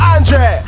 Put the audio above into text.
Andre